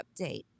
update